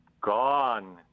Gone